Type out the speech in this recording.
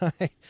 Right